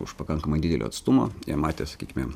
už pakankamai didelio atstumo jie matė sakykime